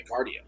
cardio